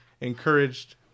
encouraged